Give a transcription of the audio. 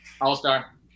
All-Star